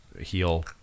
heal